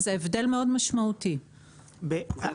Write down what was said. זה הבדל משמעותי מאוד.